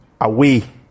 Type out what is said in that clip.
away